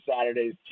Saturdays